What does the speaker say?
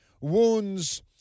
wounds